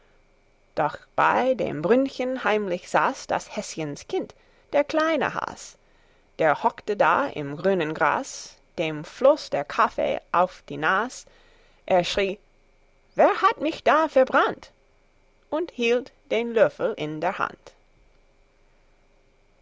doch bei dem brünnchen heimlich saß des häschens kind der kleine has der hockte da im grünen gras dem floß der kaffee auf die nas er schrie wer hat mich da verbrannt und hielt den löffel in der hand